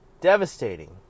Devastating